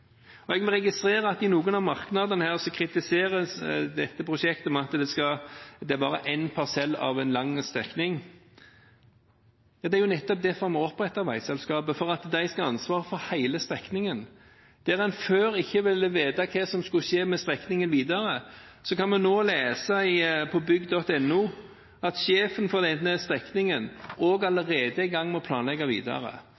sammenheng. Jeg registrerer at i noen av merknadene her kritiseres dette prosjektet med at det er bare en parsell av en lang strekning. Det er nettopp derfor vi har opprettet veiselskapet, for at de skal ha ansvaret for hele strekningen. Der en før ikke ville vite hva som skulle skje med strekningen videre, kan vi nå lese på bygg.no at sjefen for denne strekningen